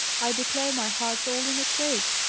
i declare my heart's all in a quake!